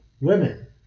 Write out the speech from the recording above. women